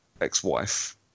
ex-wife